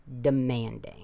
demanding